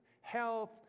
health